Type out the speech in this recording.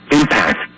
impact